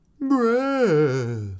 Breath